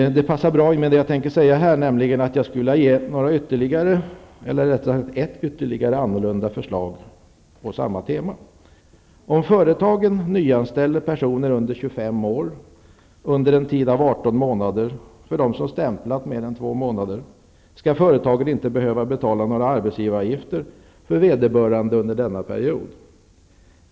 Jag skulle vilja ge ytterligare ett annorlunda förslag på samma tema. Om företagen nyanställer personer under 25 år under en tid av 18 månader -- det gäller dem som stämplat i mer än två månader -- skall företagen inte behöva betala några arbetsgivaravgifter för vederbörande under denna period.